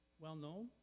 well-known